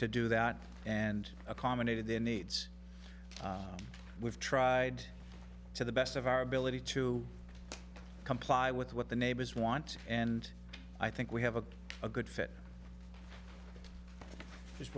to do that and accommodated the needs we've tried to the best of our ability to comply with what the neighbors want and i think we have a good fit just